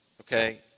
Okay